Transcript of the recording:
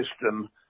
system